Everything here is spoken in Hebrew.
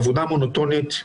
עבודה מונוטונית,